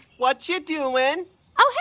what you doing? oh. hey,